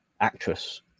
actress